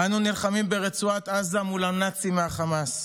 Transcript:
אנו נלחמים ברצועת עזה מול הנאצים מהחמאס.